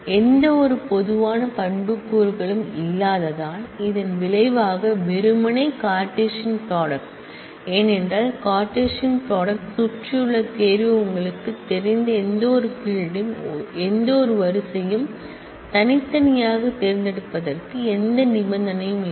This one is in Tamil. எந்தவொரு பொதுவான ஆட்ரிபூட்ஸ் களும் இல்லாததால் இதன் விளைவாக வெறுமனே கார்ட்டீசியன் ப்ராடக்ட் ஏனென்றால் கார்ட்டீசியன் ப்ராடக்ட் சுற்றியுள்ள தேர்வு உங்களுக்கு தெரிந்த எந்தவொரு ஃபீல்ட் யும் எந்தவொரு ரோயையும் தனித்தனியாகத் தேர்ந்தெடுப்பதற்கு எந்த கண்டிஷன் யும் இல்லை